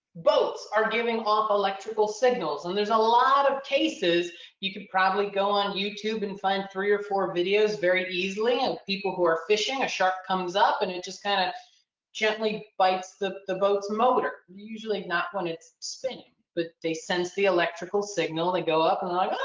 boats are giving off electrical signals and there's a lot of cases you could probably go on youtube and find three or four videos very easily. and people who are fishing. a shark comes up and it just kind of gently bites the the boat's motor. usually not when it's spinning, but they sense the electrical signal and they go up and